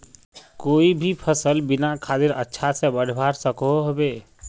कोई भी सफल बिना खादेर अच्छा से बढ़वार सकोहो होबे?